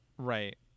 Right